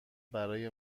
برای